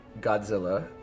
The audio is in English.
Godzilla